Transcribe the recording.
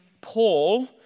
Paul